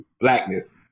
blackness